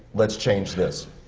let's change this.